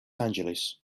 angeles